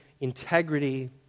integrity